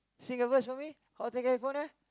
sing a verse for me Hotel California